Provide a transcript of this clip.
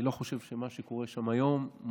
אני לא חושב שמה שקורה שם היום מוסיף.